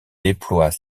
déploie